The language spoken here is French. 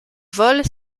volent